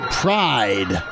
pride